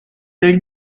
del